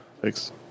thanks